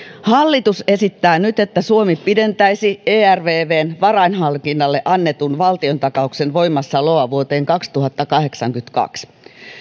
hallitus esittää nyt että suomi pidentäisi ervvn varainhankinnalle annetun valtiontakauksen voimassaoloa vuoteen kaksituhattakahdeksankymmentäkaksi